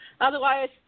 Otherwise